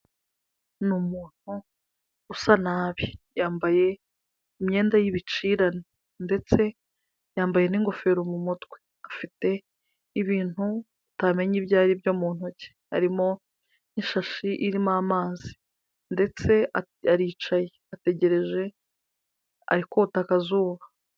Ni umuntu usa nabi yambaye imyenda y'ibicirane ndetse yambaye n'ingofero mu mutwe, afite ibintu atamenya ibyo ari byo mu ntoki, harimo ishashi irimo amazi ndetse aricaye ategereje ari kota akazuba.